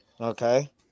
Okay